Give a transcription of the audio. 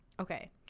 Okay